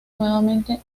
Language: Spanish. nuevamente